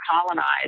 colonized